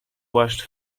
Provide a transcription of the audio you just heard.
płaszcz